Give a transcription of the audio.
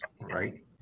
right